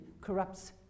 corrupts